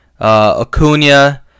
Acuna